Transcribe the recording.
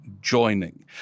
joining